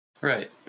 Right